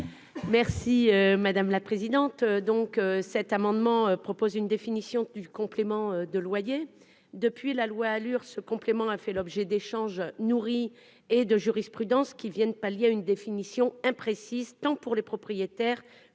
est à Mme Cathy Apourceau-Poly. Cet amendement vise à définir le complément de loyer. Depuis la loi ALUR, ce complément a fait l'objet d'échanges nourris et de jurisprudences qui viennent pallier une définition imprécise tant pour les propriétaires